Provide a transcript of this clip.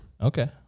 Okay